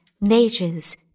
mages